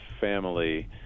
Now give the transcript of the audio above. family